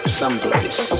someplace